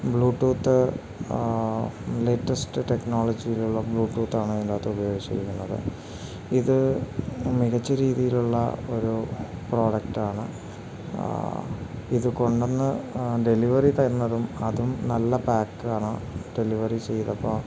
Bluetooth latest ടെക്നോളജിയിലുള്ള Bluetooth ആണ് ഇതിൻ്റെ അകത്ത് ഉപയോഗിച്ചിരിക്കുന്നത് ഇത് മികച്ച രീതിയിലുള്ള ഒരു പ്രോഡക്റ്റ് ആണ് ഇത് കൊണ്ടൊണ് ഡെലിവറി തരുന്നതും അതും നല്ല പാക്ക് ആണ് ഡെലിവറി ചെയ്തപ്പോൾ